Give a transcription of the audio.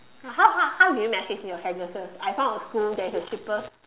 how how how do you message your parents first I find a school that is the cheapest